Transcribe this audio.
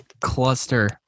cluster